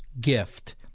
gift